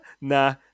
nah